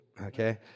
okay